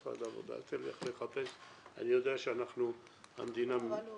הוא התכוון לנושא של העסקים הקטנים של רן קויתי.